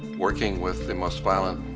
working with the most violent